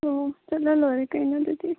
ꯑꯣ ꯆꯠꯂ ꯂꯣꯏꯔꯦ ꯀꯩꯅꯣ ꯑꯗꯨꯗꯤ